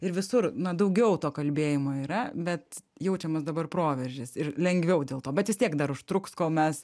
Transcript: ir visur na daugiau to kalbėjimo yra bet jaučiamas dabar proveržis ir lengviau dėl to bet vis tiek dar užtruks kol mes